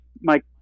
Mike